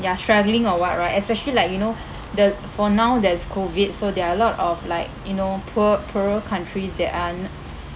they are struggling or what right especially like you know the for now there's COVID so there are a lot of like you know poor~ poorer countries that are n~